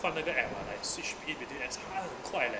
放那个 app ah like switch speed between apps ah 她很快 leh